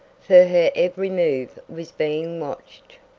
for her every move was being watched.